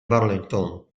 burlington